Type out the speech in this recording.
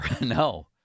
no